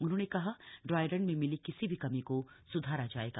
उन्होंने कहा ड्राईरन में मिली किसी भी कमी को सुधारा जाएगा